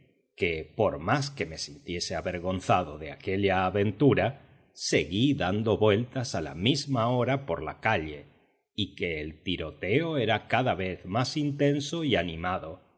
que por más que me sintiese avergonzado de aquella aventura seguí dando vueltas a la misma hora por la calle y que el tiroteo era cada vez más intenso y animado